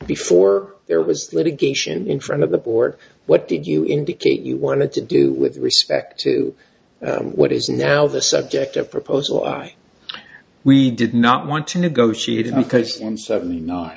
before there was litigation in front of the board what did you indicate you wanted to do with respect to what is now the subject of proposal i we did not want to negotiate on because in seventy nine